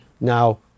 Now